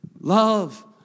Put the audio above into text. Love